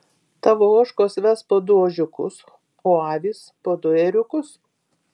tavo ožkos ves po du ožiukus o avys po du ėriukus